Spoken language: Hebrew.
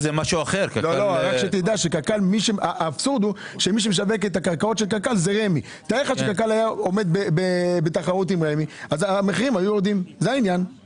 99.5%. זה חריג כי תמיד כשקיימנו דיונים כאן הביצוע היה נמוך מזה